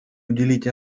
уделить